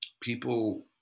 people